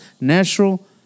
natural